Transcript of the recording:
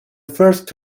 first